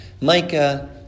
Micah